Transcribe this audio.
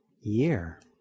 year